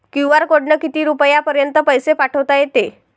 QR कोडनं किती रुपयापर्यंत पैसे पाठोता येते?